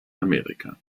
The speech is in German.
amerika